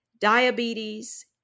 diabetes